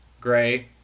gray